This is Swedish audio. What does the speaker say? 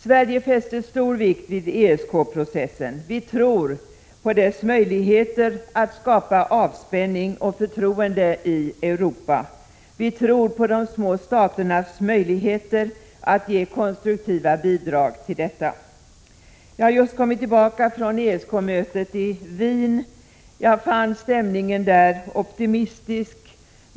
Sverige fäster stor vikt vid ESK-processen. Vi tror på dess möjligheter att skapa avspänning och förtroende i Europa. Vi tror på de små staternas möjligheter att ge konstruktiva bidrag härtill. Jag har just kommit tillbaka från ESK-mötet i Wien. Jag fann stämningen där optimistisk.